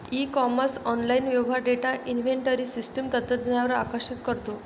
E commerce online व्यवहार data inventory system तंत्रज्ञानावर आकर्षित करतो